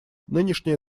нынешнее